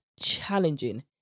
challenging